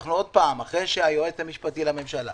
עוד פעם, אחרי שהיועץ המשפטי לממשלה